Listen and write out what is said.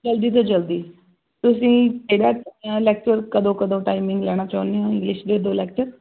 ਜਲਦੀ ਤੋਂ ਜਲਦੀ ਤੁਸੀਂ ਲੈਕਚਰ ਕਦੋਂ ਕਦੋਂ ਟਾਈਮਿੰਗ ਲੈਣਾ ਚਾਹੁੰਦੇ ਹੋ ਇੰਗਲਿਸ਼ ਦੇ ਦੋ ਲੈਕਚਰ